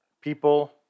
people